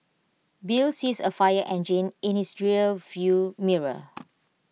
bill sees A fire engine in his rear view mirror